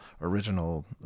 original